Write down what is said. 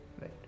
right